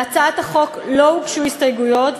להצעת החוק לא הוגשו הסתייגויות,